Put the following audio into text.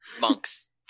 monk's